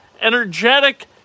energetic